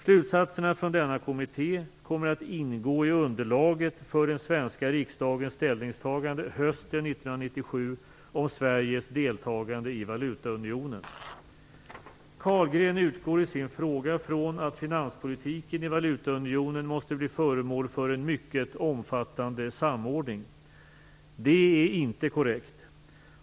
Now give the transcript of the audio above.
Slutsatserna från denna kommitté kommer att ingå i underlaget för den svenska riksdagens ställningstagande hösten 1997 om Carlgren utgår i sin fråga från att finanspolitiken i valutaunionen måste bli föremål för en mycket omfattande samordning. Detta är inte korrekt.